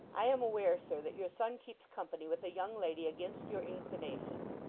i am aware, sir, that your son keeps company with a young lady against your inclinations.